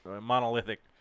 monolithic